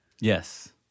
Yes